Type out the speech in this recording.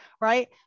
right